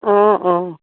অঁ অঁ